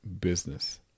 business